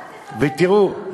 ותראו,